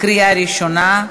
קריאה ראשונה.